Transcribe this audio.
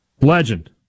Legend